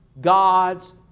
God's